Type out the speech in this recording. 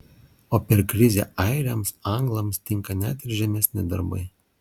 o per krizę airiams anglams tinka net žemesni darbai